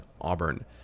Auburn